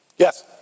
Yes